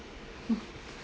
hmm